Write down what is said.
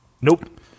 Nope